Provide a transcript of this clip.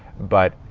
but,